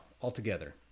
altogether